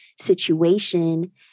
situation